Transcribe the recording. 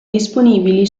disponibili